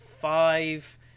five